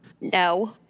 No